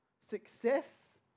success